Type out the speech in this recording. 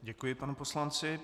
Děkuji panu poslanci.